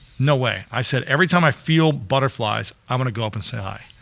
no way. i said every time i feel butterflies, i'm gonna go up and say hi.